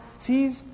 Sees